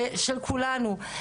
זה של כולנו.